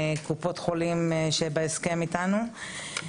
קופות חולים שבהסכם איתנו.